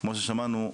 כמו ששמענו,